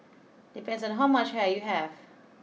depends on how much hair you have